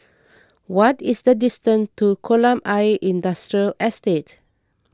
what is the distance to Kolam Ayer Industrial Estate